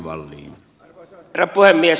arvoisa herra puhemies